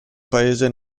paese